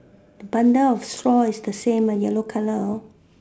bundles of straws is the same ah yellow colour ah